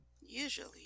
Usually